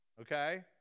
okay